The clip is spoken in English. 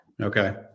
Okay